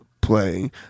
playing